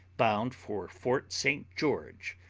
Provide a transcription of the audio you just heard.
bound for fort st george,